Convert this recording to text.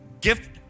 Gift